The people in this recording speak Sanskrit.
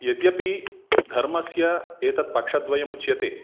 यद्यपि धर्मस्य एतत्पक्षद्वयमुच्यते